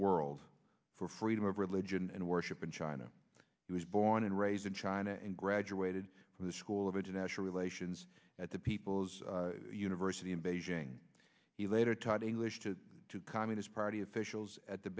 world for freedom of religion and worship in china he was born and raised in china and graduated from the school of international relations at the people's university in beijing he later taught english to the communist party officials at the